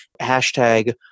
hashtag